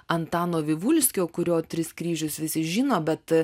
antano vivulskio kurio tris kryžius visi žino bet